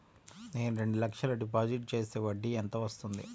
నేను రెండు లక్షల డిపాజిట్ చేస్తే వడ్డీ ఎంత వస్తుంది?